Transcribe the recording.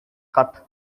cut